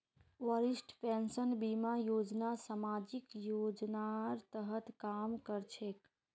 वरिष्ठ पेंशन बीमा योजना सामाजिक योजनार तहत काम कर छेक